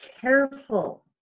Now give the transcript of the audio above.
careful